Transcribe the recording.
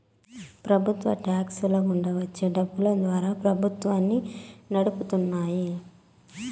ప్రభుత్వ టాక్స్ ల గుండా వచ్చే డబ్బులు ద్వారా ప్రభుత్వాన్ని నడుపుతున్నాయి